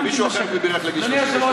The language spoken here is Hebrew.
מישהו אחר כבר בירך לגיל 37. אדוני היושב-ראש,